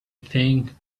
think